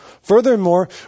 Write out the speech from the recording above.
Furthermore